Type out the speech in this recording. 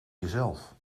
jezelf